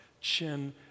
chin